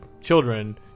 children